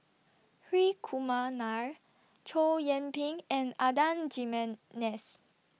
Hri Kumar Nair Chow Yian Ping and Adan Jimenez